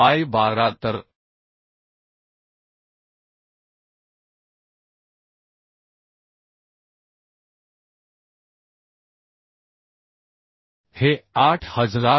bye 12 तर हे 8085